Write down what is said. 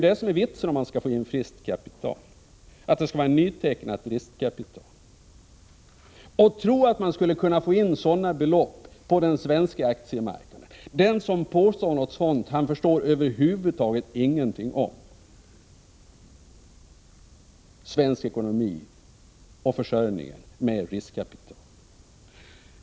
Vitsen är — om man skall få in friskt kapital — att det skall vara nytecknat riskkapital. Man tror alltså att man skulle kunna få in sådana belopp på den svenska aktiemarknaden! Den som påstår någonting sådant förstår över huvud taget ingenting av svensk ekonomi och försörjningen med riskkapital.